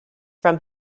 from